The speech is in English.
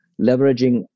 leveraging